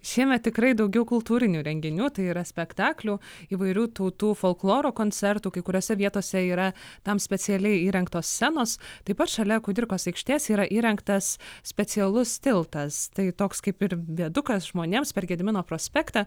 šiemet tikrai daugiau kultūrinių renginių tai yra spektaklių įvairių tautų folkloro koncertų kai kuriose vietose yra tam specialiai įrengtos scenos taip pat šalia kudirkos aikštės yra įrengtas specialus tiltas tai toks kaip ir viadukas žmonėms per gedimino prospektą